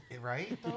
Right